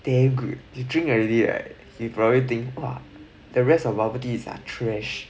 damn good you drink already right you probably think !wah! the rest of bubble tea is like trash